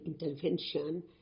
intervention